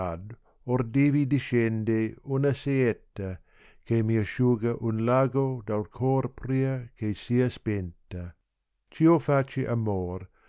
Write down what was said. d ivi discende una saetta che m asciuga un lago dai cor pria che sia spenta ciò face amor